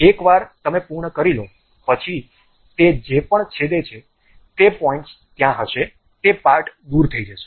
એકવાર તમે પૂર્ણ કરી લો પછી તે જે પણ છેદે છે તે પોઇન્ટ્સ ત્યાં હશે તે પાર્ટ દૂર થઈ જશે